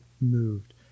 moved